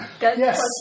Yes